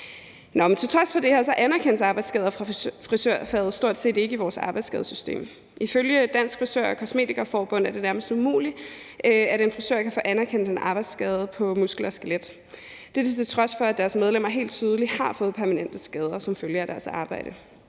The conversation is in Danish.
Til trods for det anerkendes arbejdsskader fra frisørfaget stort set ikke i vores arbejdsskadesystem. Ifølge Dansk Frisør og Kosmetiker Forbund er det nærmest umuligt, at en frisør kan få anerkendt en arbejdsskade på muskler og skelet, til trods for at deres medlemmer helt tydeligt har fået permanente skader som følge af deres arbejde.